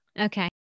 Okay